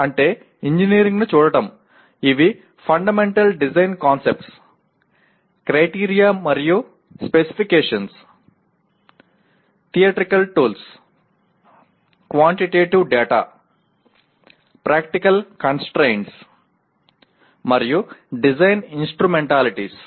అంటే ఇంజనీరింగ్ను చూడటం ఇవి ఫండమెంటల్ డిజైన్ కాన్సెప్ట్స్ క్రైటీరియా మరియు specifications theoretical tools quantitative data practical constraints మరియు డిజైన్ ఇంస్ట్రుమెంటాలిటీస్